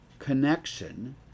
Connection